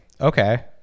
Okay